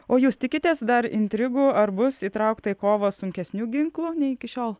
o jūs tikitės dar intrigų ar bus įtraukta į kovą sunkesnių ginklų nei iki šiol